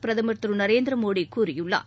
பிரதமர் திரு நரேந்திர மோடி கூறியுள்ளார்